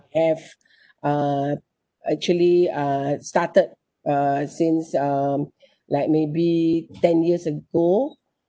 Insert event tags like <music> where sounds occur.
have uh actually uh started uh since um <breath> like maybe ten years ago